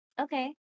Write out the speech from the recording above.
Okay